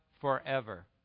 forever